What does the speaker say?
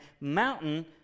mountain